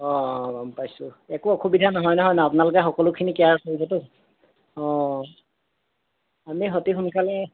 অঁ অঁ গম পাইছোঁ একো অসুবিধা নহয় নহয় ন আপোনালোকে সকলোখিনি কেয়াৰ কৰিবতো অঁ অঁ আমি অতি সোনকালে